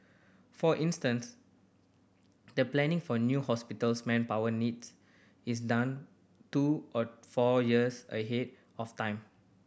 for instance the planning for a new hospital's manpower needs is done two or four years ahead of time